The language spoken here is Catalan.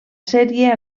sèrie